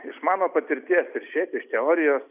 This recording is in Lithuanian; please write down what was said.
iš mano patirties ir šiaip iš teorijos